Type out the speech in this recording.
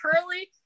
curly